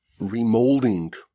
remolding